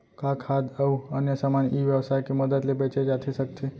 का खाद्य अऊ अन्य समान ई व्यवसाय के मदद ले बेचे जाथे सकथे?